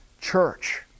church